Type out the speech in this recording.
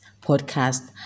podcast